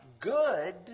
good